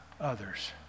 others